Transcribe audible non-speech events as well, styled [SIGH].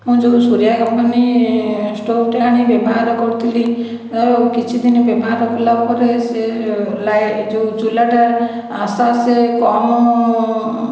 ମୁଁ ଯେଉଁ ସୂର୍ଯ୍ୟା କମ୍ପାନୀ ଷ୍ଟୋଭ୍ଟେ ଆଣି ବ୍ୟବହାର କରୁଥିଲି ପ୍ରାୟ କିଛିଦିନି ବ୍ୟବହାର କଲା ପରେ ସିଏ [UNINTELLIGIBLE] ଯେଉଁ ଚୁଲାଟା ଆସ୍ତେ ଆସ୍ତେ କମ୍